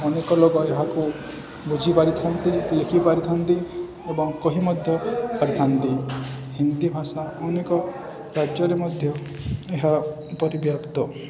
ଅନେକ ଲୋକ ଏହାକୁ ବୁଝିପାରିଥାନ୍ତି ଲେଖି ପାରିଥାନ୍ତି ଏବଂ କହି ମଧ୍ୟ ପାରିଥାନ୍ତି ହିନ୍ଦୀ ଭାଷା ଅନେକ ରାଜ୍ୟରେ ମଧ୍ୟ ଏହା ପରିବ୍ୟାପ୍ତ